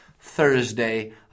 Thursday